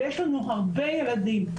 ויש לנו הרבה ילדים.